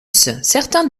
certains